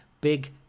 big